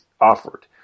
offered